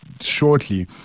shortly